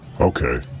Okay